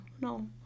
no